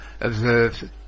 observed